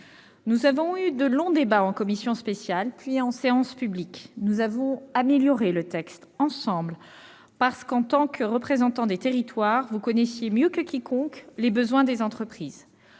Nous avons eu de longs débats, en commission spéciale puis en séance publique. Nous avons amélioré le texte ensemble, parce que, en tant que représentants des territoires, vous connaissez mieux que quiconque les besoins des entreprises.